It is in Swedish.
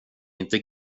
inte